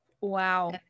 Wow